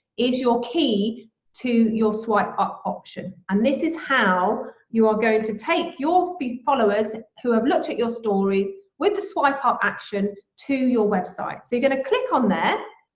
is your key to your swipe up option. and this is how you're going to take your followers who have looked at your stories with the swipe up action to your website. so you're gonna click on there